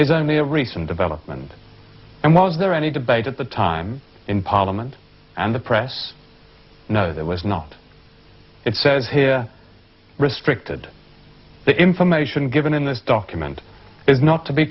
is only a recent development and was there any debate at the time in parliament and the press no that was not it says here restricted the information given in this document is not to be